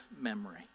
memory